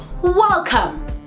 welcome